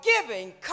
giving